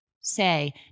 say